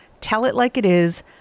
tell-it-like-it-is